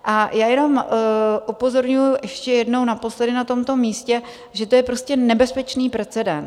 A já jenom upozorňuji ještě jednou, naposledy na tomto místě, že to je prostě nebezpečný precedens.